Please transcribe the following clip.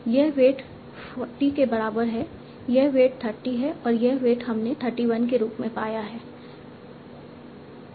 यह वेट 40 के बराबर है यह वेट 30 है और यह वेट हमने 31 के रूप में पाया और यह पहला संदर्भ समय 2338